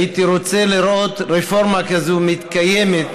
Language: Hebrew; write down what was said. הייתי רוצה לראות רפורמה כזאת מתקיימת,